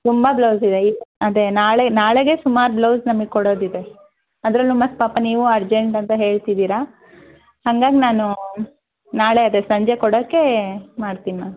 ತುಂಬ ಬ್ಲೌಸ್ ಇದೆ ಅದೇ ನಾಳೆ ನಾಳೆಗೆ ಸುಮಾರು ಬ್ಲೌಸ್ ನಮಗೆ ಕೊಡೋದಿದೆ ಅದರಲ್ಲೂ ಮತ್ತೆ ಪಾಪ ನೀವು ಅರ್ಜೆಂಟ್ ಅಂತ ಹೇಳ್ತಿದ್ದೀರ ಹಾಗಾಗಿ ನಾನು ನಾಳೆ ಅದೇ ಸಂಜೆ ಕೊಡೋಕ್ಕೆ ಮಾಡ್ತೀನಿ ಮ್ಯಾಮ್